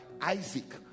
Isaac